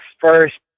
first